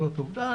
זאת עובדה,